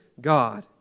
God